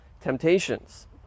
temptations